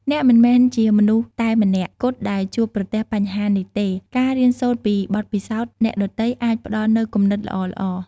អ្នកមិនមែនជាមនុស្សតែម្នាក់គត់ដែលជួបប្រទះបញ្ហានេះទេ ការរៀនសូត្រពីបទពិសោធន៍អ្នកដទៃអាចផ្ដល់នូវគំនិតល្អៗ។